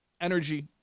energy